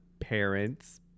parents